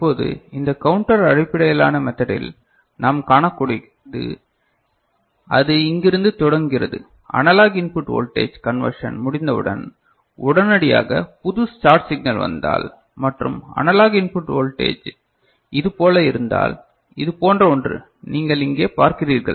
இப்போது இந்த கவுண்டர் அடிப்படையிலான மெத்தடில் நாம் காணக்கூடியது அது இங்கிருந்து தொடங்குகிறது அனலாக் இன்புட் வோல்டேஜ் கன்வெர்ஷன் முடிந்தவுடன் உடனடியாக புது ஸ்டார்ட் சிக்னல் வந்தால் மற்றும் அனலாக் இன்புட் வோல்டேஜ் இது போல இருந்தால் இதுபோன்ற ஒன்று நீங்கள் இங்கே பார்க்கிறீர்கள்